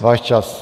Váš čas.